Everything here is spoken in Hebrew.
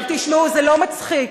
תשמעו, זה לא מצחיק.